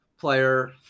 player